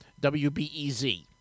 WBEZ